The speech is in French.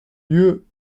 lieu